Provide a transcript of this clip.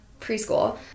preschool